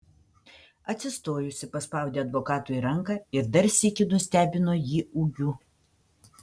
atsistojusi paspaudė advokatui ranką ir dar sykį nustebino jį ūgiu